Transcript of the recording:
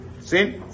see